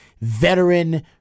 veteran